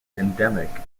endemic